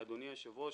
אדוני היושב ראש,